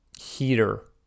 heater